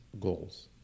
goals